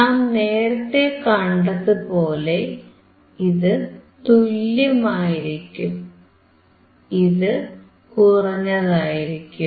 നാം നേരത്തേ കണ്ടതുപോലെ ഇത് തുല്യമായിരിക്കും ഇത് കുറഞ്ഞതായിരിക്കും